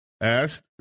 asked